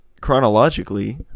Chronologically